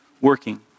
working